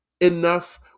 enough